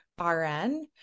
RN